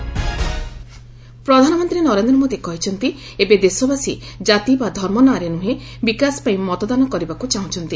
PM ସାହାଦଲ ପ୍ରଧାନମନ୍ତୀ ନରେନ୍ଦ୍ର ମୋଦି କହିଛନ୍ତି ଏବେ ଦେଶବାସୀ କାତି ବା ଧର୍ମ ନାଁରେ ନୁହଁ ବିକାଶ ପାଇଁ ମତଦାନ କରିବାକୁ ଚାହୁଁଛନ୍ତି